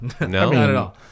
no